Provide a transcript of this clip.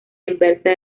inversa